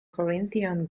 corinthian